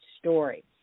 story